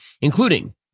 including